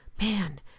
Man